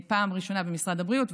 פעם ראשונה במשרד הבריאות,